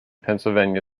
pennsylvania